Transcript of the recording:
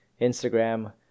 Instagram